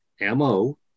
M-O